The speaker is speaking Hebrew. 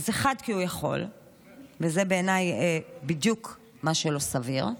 1. כי הוא יכול, וזה, בעיניי, בדיוק מה שלא סביר.